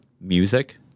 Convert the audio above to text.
music